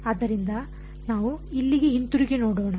ಆದ್ದರಿಂದ ನಾವು ಇಲ್ಲಿಗೆ ಹಿಂತಿರುಗಿ ನೋಡೋಣ